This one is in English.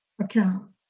account